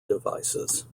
devices